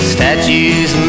Statues